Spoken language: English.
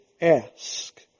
ask